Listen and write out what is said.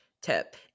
tip